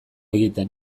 egiten